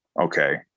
okay